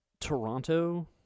Toronto